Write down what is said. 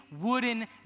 wooden